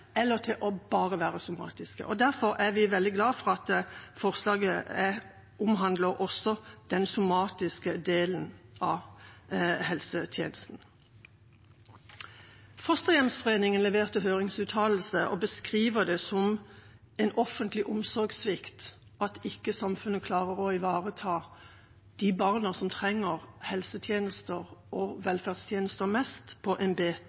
eller til bare å være somatiske. Derfor er vi veldig glad for at forslaget omhandler også den somatiske delen av helsetjenesten. Fosterhjemsforeningen leverte høringsuttalelse og beskriver det som en offentlig omsorgssvikt at samfunnet ikke klarer å ivareta de barna som trenger helsetjenester og velferdstjenester mest, på en